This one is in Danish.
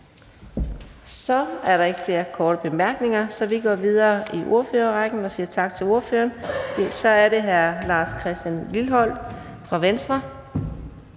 Så er der ikke flere korte bemærkninger. Vi siger tak til ordføreren og går videre i ordførerrækken. Så er det hr. Lars Christian Lilleholt fra Venstre.